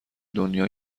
دنیا